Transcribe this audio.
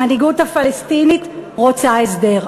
המנהיגות הפלסטינית רוצה הסדר.